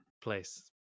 place